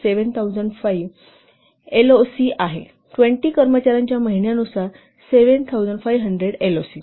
5 किंवा 7005 एलओसी आहे 20 कर्मचार्यांच्या महिन्यांनुसार 7500 एलओसी